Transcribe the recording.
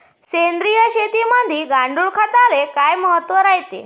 सेंद्रिय शेतीमंदी गांडूळखताले काय महत्त्व रायते?